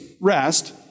rest